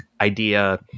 idea